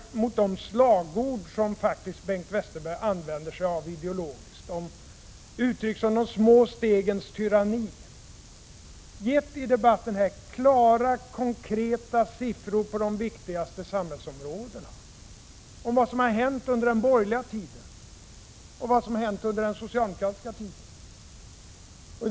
Mot de slagord som Bengt Westerberg faktiskt använde sig av ideologiskt, uttryck som ”de små stegens tyranni”; har jag i debatten gett klara, konkreta siffror från de viktigaste samhällsområdena om vad som hände under den borgerliga tiden och vad som har hänt under den socialdemokratiska tiden.